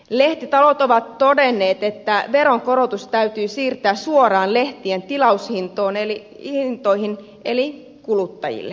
lehtitalot ovat todenneet että veronkorotus täytyy siirtää suoraan lehtien tilaushintoihin eli kuluttajille